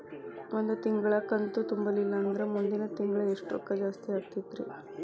ಒಂದು ತಿಂಗಳಾ ಕಂತು ತುಂಬಲಿಲ್ಲಂದ್ರ ಮುಂದಿನ ತಿಂಗಳಾ ಎಷ್ಟ ರೊಕ್ಕ ಜಾಸ್ತಿ ಆಗತೈತ್ರಿ?